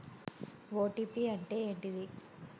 OTP అంటే ఏంటిది?